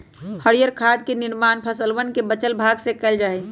हरीयर खाद के निर्माण फसलवन के बचल भाग से कइल जा हई